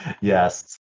Yes